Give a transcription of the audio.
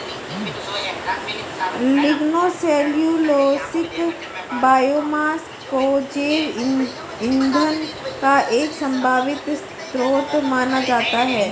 lignocellulosic biomass को जैव ईंधन का एक संभावित स्रोत माना जाता है